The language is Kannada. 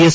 ಎಸ್